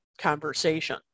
Conversation